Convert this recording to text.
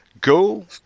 Go